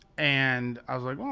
and i was like,